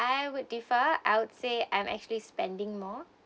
I would differ I would say I'm actually spending more